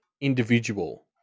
individual